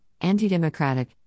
anti-democratic